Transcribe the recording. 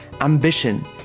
ambition